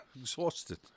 Exhausted